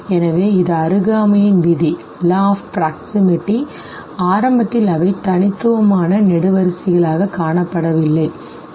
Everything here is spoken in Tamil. எனவே இது அருகாமையின் விதி ஆரம்பத்தில் அவை தனித்துவமான நெடுவரிசைகளாகக் காணப்படவில்லை சரி